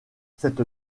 cette